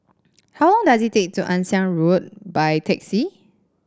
how long does it take to Ann Siang Road by taxi